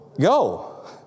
Go